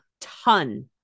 ton